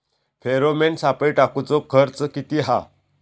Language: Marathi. फेरोमेन सापळे टाकूचो खर्च किती हा?